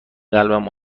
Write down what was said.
قلبم